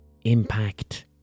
impact